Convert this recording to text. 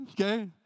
okay